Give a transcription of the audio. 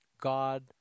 God